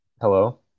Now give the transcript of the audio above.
Hello